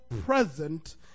present